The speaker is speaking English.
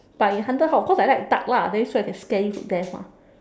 but in haunted house of course I like dark lah that means so I can scare you to death mah